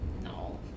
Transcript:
no